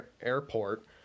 Airport